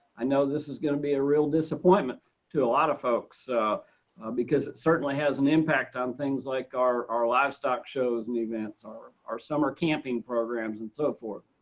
i know this is going to be a real disappointment to a lot of folks because it certainly has an impact on things like our our livestock shows and the events or our summer camping programs and so forth.